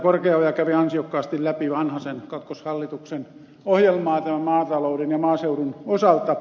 korkeaoja kävi ansiokkaasti läpi vanhasen kakkoshallituksen ohjelmaa maatalouden ja maaseudun osalta